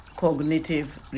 Cognitive